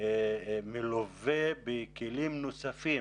מלווה בכלים נוספים